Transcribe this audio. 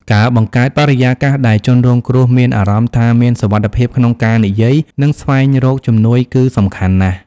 ការបង្កើតបរិយាកាសដែលជនរងគ្រោះមានអារម្មណ៍ថាមានសុវត្ថិភាពក្នុងការនិយាយ និងស្វែងរកជំនួយ គឺសំខាន់ណាស់។